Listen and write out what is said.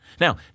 Now